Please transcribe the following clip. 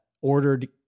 ordered